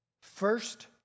First